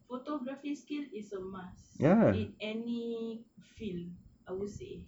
photography skill is a must in any field I would say